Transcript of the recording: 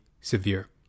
severe